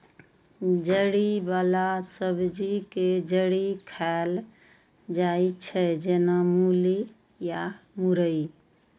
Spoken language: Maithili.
जड़ि बला सब्जी के जड़ि खाएल जाइ छै, जेना मूली या मुरइ